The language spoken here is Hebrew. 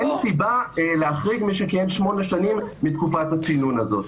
אין סיבה להחריג מי שכיהן שמונה שנים מתקופת הצינון הזו.